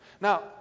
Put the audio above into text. Now